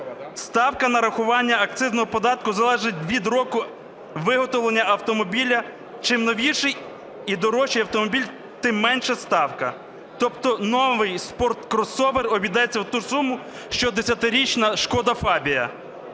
Ставка нарахування акцизного податку залежить від року виготовлення автомобіля, чим новіший і дорожчий автомобіль, тим менша ставка. Тобто новий спорт-кросовер обійдеться в ту ж суму, що десятирічна "шкода фабія".